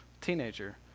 teenager